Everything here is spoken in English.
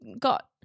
got